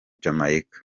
jamaica